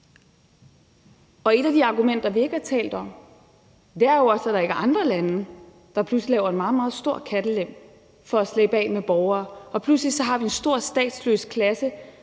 Et af de argumenter, vi ikke har talt om, er jo også, at der ikke er andre lande, der pludselig laver en meget, meget stor kattelem for at slippe af med borgere, og pludselig har vi en stor statsløs klasse,